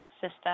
sister